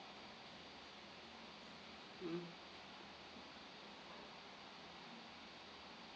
mm